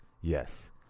Yes